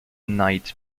knight